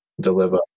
deliver